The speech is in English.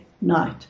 night